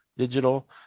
digital